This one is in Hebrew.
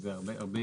שהרבה